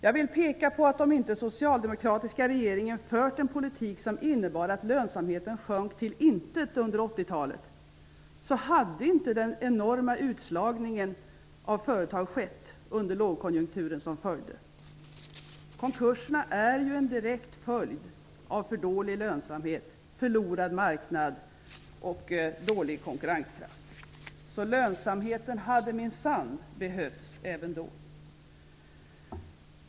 Jag vill peka på att om inte den socialdemokratiska regeringen fört en politik som innebar att lönsamheten sjönk till intet under 80-talet, hade inte den enorma utslagningen av företag skett under lågkonjunkturen som följde. Konkurserna är en direkt följd av för dålig lönsamhet, förlorad marknad och dålig konkurrenskraft. Så lönsamheten hade minsann behövts även då.